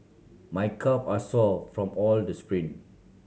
my calve are sore from all the sprint